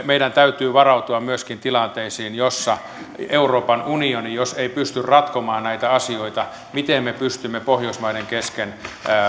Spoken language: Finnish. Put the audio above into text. meidän täytyy varautua myöskin tilanteisiin joissa jos euroopan unioni jos ei pysty ratkomaan näitä asioita ratkaistaan miten me pystymme pohjoismaiden kesken